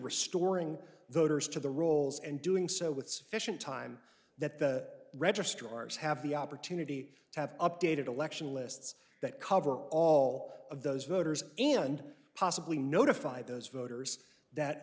restoring voters to the rolls and doing so with sufficient time that the registrars have the opportunity to have updated election lists that cover all of those voters and possibly notify those voters that